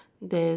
then